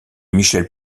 michel